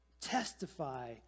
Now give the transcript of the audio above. testify